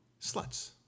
sluts